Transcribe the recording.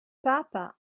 papa